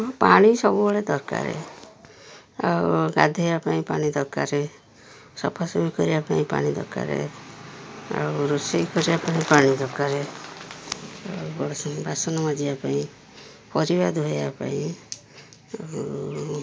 ହଁ ପାଣି ସବୁବେଳେ ଦରକାର ଆଉ ଗାଧେଇବା ପାଇଁ ପାଣି ଦରକାର ସଫାସଫି କରିବା ପାଇଁ ପାଣି ଦରକାର ଆଉ ରୋଷେଇ କରିବା ପାଇଁ ପାଣି ଦରକାର ଆଉ ବାସନ ମଜିବା ପାଇଁ ପରିବା ଧୋଇବା ପାଇଁ ଆଉ